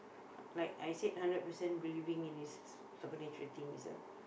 like I said hundred percent believing in these supernatural things ah